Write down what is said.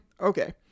okay